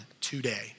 today